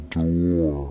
door